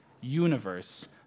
universe